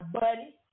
buddy